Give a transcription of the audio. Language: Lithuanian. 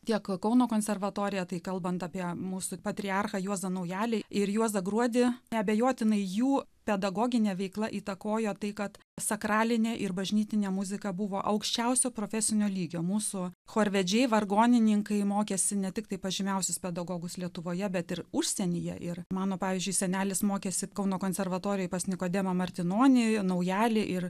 tiek kauno konservatoriją tai kalbant apie mūsų patriarchą juozą naujalį ir juozą gruodį neabejotinai jų pedagoginė veikla įtakojo tai kad sakralinę ir bažnytinę muziką buvo aukščiausio profesinio lygio mūsų chorvedžiai vargonininkai mokėsi ne tiktai pas žymiausius pedagogus lietuvoje bet ir užsienyje ir mano pavyzdžiui senelis mokėsi kauno konservatorijoje pas nikodemą martinonį joje naujalį ir